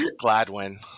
Gladwin